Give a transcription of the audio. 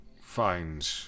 find